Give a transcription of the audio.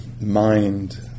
mind